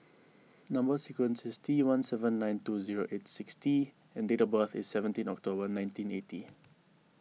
Number Sequence is T one seven nine two zero eight six T and date of birth is seventeen October nineteen eighty